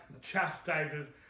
chastises